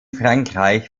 frankreich